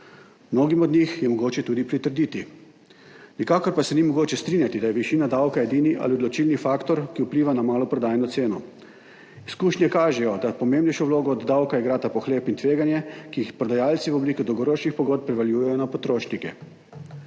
mnogim od njih je mogoče tudi pritrditi, nikakor pa se ni mogoče strinjati, da je višina davka edini ali odločilni faktor, ki vpliva na maloprodajno ceno. Izkušnje kažejo, da pomembnejšo vlogo od davka igrata pohlep in tveganje, ki jih prodajalci v obliki dolgoročnih pogodb prevaljujejo na potrošnike.